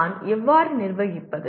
நான் எவ்வாறு நிர்வகிப்பது